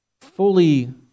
fully